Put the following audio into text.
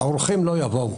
האורחים לא יבואו.